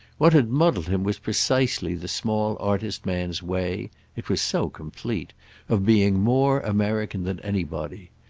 what had muddled him was precisely the small artist-man's way it was so complete of being more american than anybody.